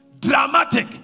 dramatic